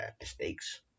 mistakes